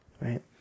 right